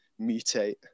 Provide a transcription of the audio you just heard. mutate